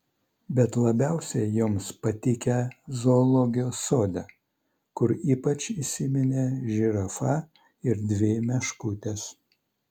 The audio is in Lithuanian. bet labiausiai joms patikę zoologijos sode kur ypač įsiminė žirafa ir dvi meškutės